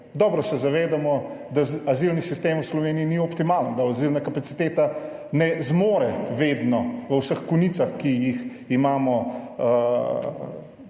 dobro se zavedamo, da azilni sistem v Sloveniji ni optimalen, da azilna kapaciteta ne zmore vedno v vseh konicah, ki jih imamo,